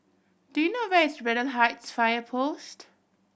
do you know where is Braddell Heights Fire Post